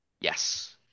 Yes